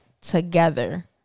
together